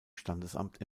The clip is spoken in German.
standesamt